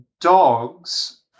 Dogs